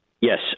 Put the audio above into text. Yes